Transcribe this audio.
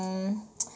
um